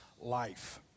life